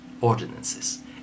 ordinances